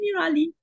Nirali